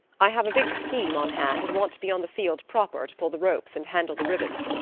i have a big scheme on hand, and want to be on the field proper to pull the ropes and handle the ribbons.